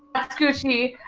that's gucci,